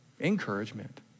encouragement